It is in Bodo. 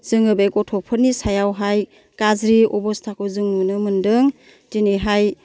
जोङो बे गथ'फोरनि सायावहाय गाज्रि अबस्थाखौ जों नुनो मोनदों दिनैहाय